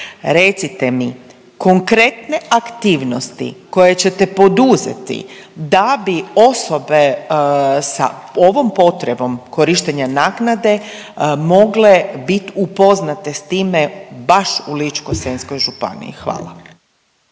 Recite mi konkretne aktivnosti koje ćete poduzeti da bi osobe sa ovom potrebom korištenja naknade mogle bit upoznate s time baš u Ličko-senjskoj županiji? Hvala.